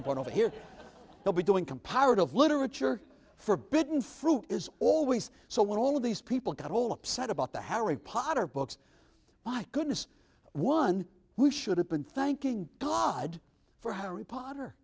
the one over here i'll be doing comparative literature for britain fruit is always so when all of these people get all upset about the harry potter books my goodness one who should have been thanking god for harry potter